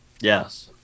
Yes